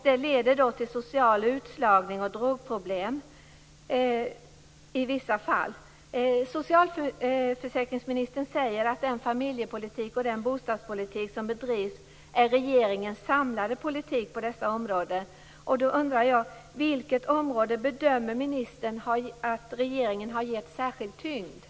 Det leder till social utslagning och drogproblem i vissa fall. Socialförsäkringsministern säger att den familjepolitik och den bostadspolitik som bedrivs är regeringens samlade politik på dessa områden. Då undrar jag: Vilket område bedömer ministern att regeringen har givit särskild tyngd?